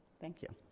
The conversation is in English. thank you.